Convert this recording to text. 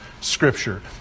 Scripture